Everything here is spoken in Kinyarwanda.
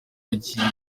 isomo